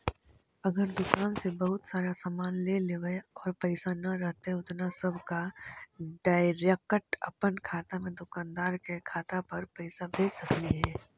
अगर दुकान से बहुत सारा सामान ले लेबै और पैसा न रहतै उतना तब का डैरेकट अपन खाता से दुकानदार के खाता पर पैसा भेज सकली हे?